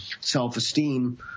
self-esteem